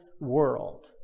world